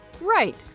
Right